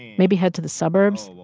maybe head to the suburbs,